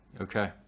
okay